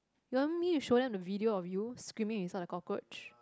you want me to show them the video of you screaming when you saw the cockroach